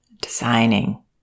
designing